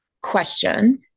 question